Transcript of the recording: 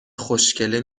خوشکله